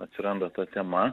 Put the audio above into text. atsiranda ta tema